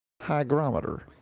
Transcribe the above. hygrometer